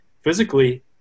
physically